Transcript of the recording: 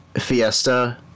Fiesta